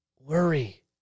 worry